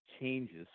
changes